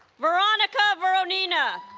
veronica voronina